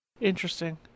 Interesting